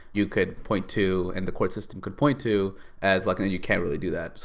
you could point to and the court system could point to as like, ah you can't really do that.